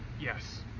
yes